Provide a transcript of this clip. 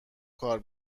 کار